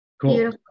cool